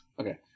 Okay